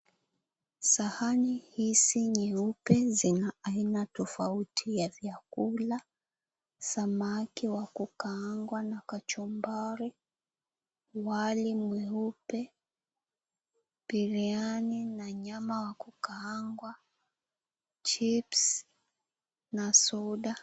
Sahani hizi nyeupe zina aina tofauti ya vyakula, samaki wa kukaangwa na kachumbari, wali mweupe, biriani na nyama wa kukaangwa, chips na soda.